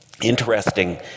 interesting